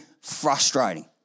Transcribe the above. frustrating